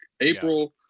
april